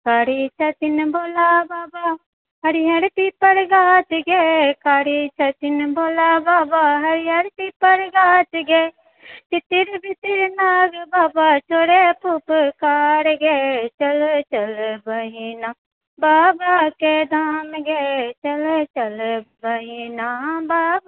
कारि छथिन भोला बाबा हरिअर पिपर गाछ ये कारि छथिन भोला बाबा हरिअर पिपर गाछ ये इतिर बितिर नाग बाबा छोड़े फुफकार ये चलऽ चलऽ बहिना बाबाके धाम ये चलऽ चलऽ बहिना बाबा